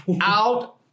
out